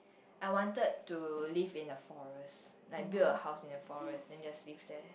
I wanted to live in a forest like build a house in a forest then just live there